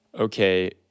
okay